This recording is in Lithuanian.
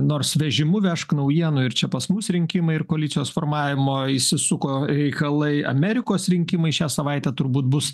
nors vežimu vežk naujienų ir čia pas mus rinkimai ir koalicijos formavimo įsisuko reikalai amerikos rinkimai šią savaitę turbūt bus